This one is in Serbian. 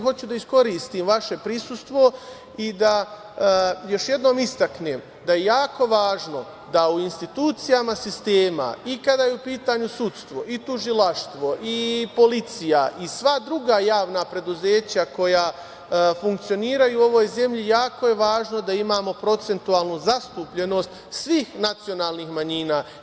Hoću da iskoristim vaše prisustvo i da još jednom istaknem da je jako važno da u institucijama sistema, i kada je u pitanju sudstvo i tužilaštvo i policija i sva druga javna preduzeća koja funkcionišu u ovoj zemlji, jako je važno da imamo procentualnu zastupljenost svih nacionalnih manjina.